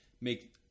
make